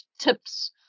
tips